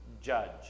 judge